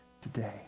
today